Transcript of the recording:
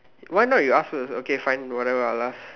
why not you ask first okay fine whatever I'll ask